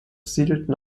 siedelten